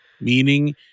meaning